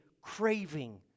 craving